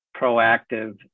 proactive